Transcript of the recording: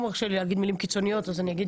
אתה לא מרשה לי להגיד מילים קיצוניות אז אני אגיד,